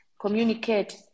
Communicate